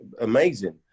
amazing